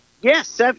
Yes